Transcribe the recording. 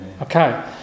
Okay